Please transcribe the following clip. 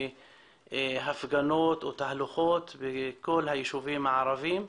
להפגנות או תהלוכות בכל היישובים הערביים.